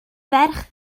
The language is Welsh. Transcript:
ferch